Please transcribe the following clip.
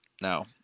no